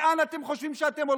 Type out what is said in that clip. לאן אתם חושבים שאתם הולכים?